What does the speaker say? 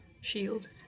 shield